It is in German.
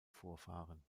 vorfahren